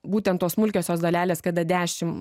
būtent tos smulkiosios dalelės kada dešimt